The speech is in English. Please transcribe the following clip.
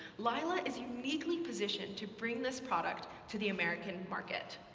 lila is uniquely positioned to bring this product to the american market.